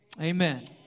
Amen